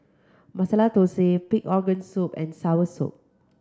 Masala Thosai pig organ soup and Soursop